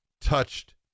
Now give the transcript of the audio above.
touched